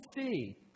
see